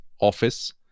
office